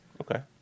Okay